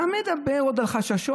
אתה עוד מדבר על חששות?